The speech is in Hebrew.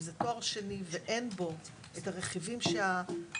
אם זה תואר שני ואין בו את הרכיבים שהמל"ג,